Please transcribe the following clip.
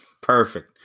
Perfect